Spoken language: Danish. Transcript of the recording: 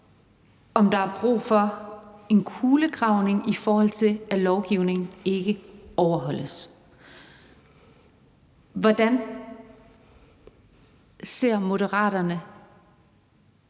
om der er brug for en kulegravning, i forhold til at lovgivningen ikke overholdes. Hvordan ser Moderaterne